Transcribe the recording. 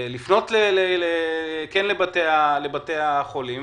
לפנות לבתי החולים.